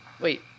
wait